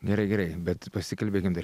gerai gerai bet pasikalbėkim dar